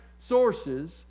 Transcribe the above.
sources